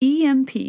EMP